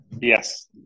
Yes